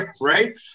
Right